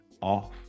off